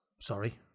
sorry